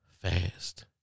fast